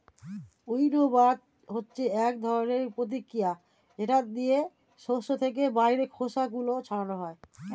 উইন্নবার হচ্ছে এক ধরনের প্রতিক্রিয়া যেটা দিয়ে শস্য থেকে বাইরের খোসা গুলো ছাড়ানো হয়